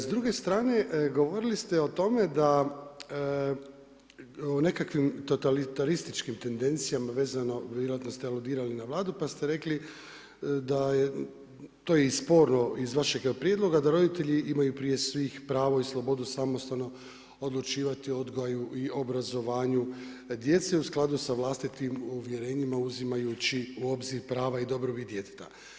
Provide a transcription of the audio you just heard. S druge strane govorili ste o tome da, o nekakvim totalitarističkim tendencijama vezano, vjerojatno ste aludirali na Vladu pa ste rekli da je, to je i sporno iz vašeg prijedloga da roditelji imaju prije svih pravo i slobodu samostalno odlučivati o odgoju i obrazovanju djece i u skladu sa vlastitim uvjerenjima uzimajući u obzir prava i dobrobit djeteta.